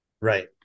Right